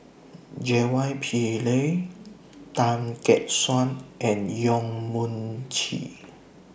J Y Pillay Tan Gek Suan and Yong Mun Chee